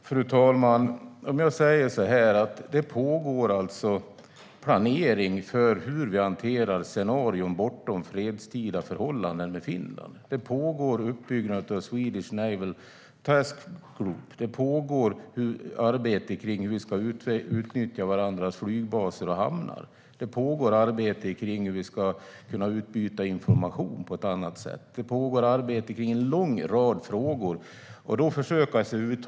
Fru talman! Det pågår alltså planering för hur vi tillsammans med Finland hanterar scenarier bortom fredstida förhållanden. Det pågår uppbyggnad av Swedish-Finnish Naval Task Group. Det pågår ett arbete med hur vi ska utnyttja varandras flygbaser och hamnar. Det pågår arbete om att utbyta information på ett annat sätt. Det pågår arbete i en lång rad frågor.